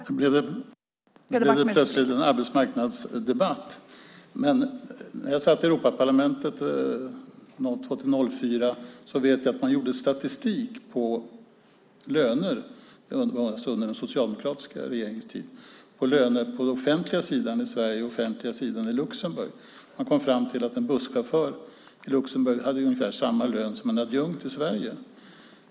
Fru talman! Nu blev det plötsligt en arbetsmarknadsdebatt. När jag satt i Europaparlamentet 2002-2004 gjorde man statistik på löner på den offentliga sidan i Sverige och på den offentliga sidan i Luxemburg. Det var alltså under den socialdemokratiska regeringens tid. Man kom fram till att en busschaufför i Luxemburg hade ungefär samma lön som en adjunkt i Sverige.